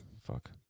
Fuck